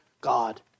God